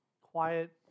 quiet